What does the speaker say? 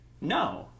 No